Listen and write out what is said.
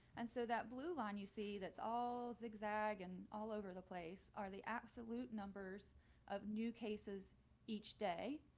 and so that blue line you see, that's all zigzag and all over the place are the absolute numbers of new cases each day.